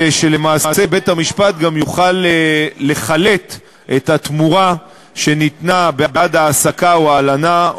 זה שלמעשה בית-המשפט גם יוכל לחלט את התמורה שניתנה בעד העסקה או הלנה,